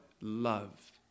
Love